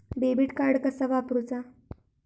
Debit card कसा वापरुचा?